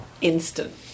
instant